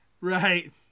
Right